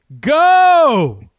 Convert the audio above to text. go